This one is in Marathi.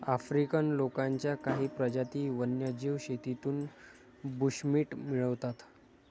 आफ्रिकन लोकांच्या काही प्रजाती वन्यजीव शेतीतून बुशमीट मिळवतात